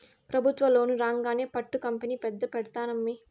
పెబుత్వ లోను రాంగానే పట్టు కంపెనీ పెద్ద పెడ్తానమ్మీ